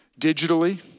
digitally